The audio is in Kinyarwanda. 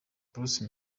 bruce